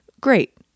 Great